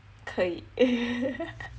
可以